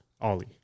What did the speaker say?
Ollie